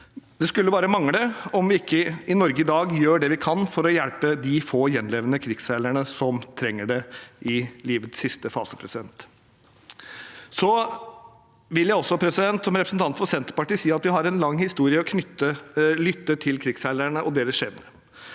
mening, bare mangle om ikke vi i Norge i dag gjør det vi kan for å hjelpe de få gjenlevende krigsseilerne som trenger det, i livets siste fase. Jeg vil også som representant for Senterpartiet si at vi har en lang historie med å lytte til krigsseilerne og deres skjebne.